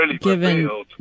given